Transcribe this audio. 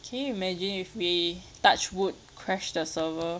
can you imagine if we touch wood crashed the server